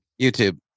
YouTube